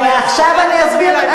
ועכשיו אני אסביר לך,